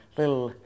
little